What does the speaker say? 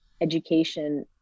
education